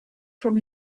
from